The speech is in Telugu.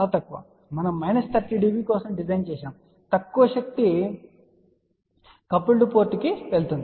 కారణం మనం మైనస్ 30 dB కోసం డిజైన్ చేశాము తక్కువ శక్తి కపుల్డ్ పోర్టుకు వెళుతుంది